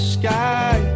sky